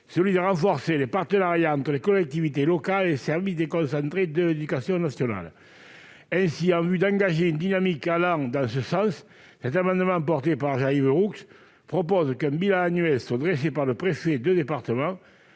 à renforcer les partenariats entre les collectivités locales et les services déconcentrés de l'éducation nationale. En vue d'engager une dynamique allant dans ce sens, cet amendement déposé sur l'initiative de Jean-Yves Roux vise à ce qu'un bilan annuel soit dressé par le préfet de département,